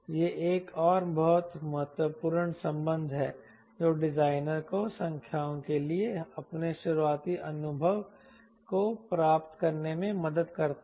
यह एक और बहुत महत्वपूर्ण संबंध है जो डिजाइनर को संख्याओं के लिए अपने शुरुआती अनुभव को प्राप्त करने में मदद करता है